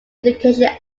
education